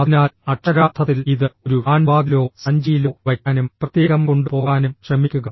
അതിനാൽ അക്ഷരാർത്ഥത്തിൽ ഇത് ഒരു ഹാൻഡ്ബാഗിലോ സഞ്ചിയിലോ വയ്ക്കാനും പ്രത്യേകം കൊണ്ടുപോകാനും ശ്രമിക്കുക